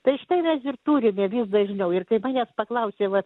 tai štai mes ir turime vis dažniau ir kai manęs paklausia va